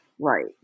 right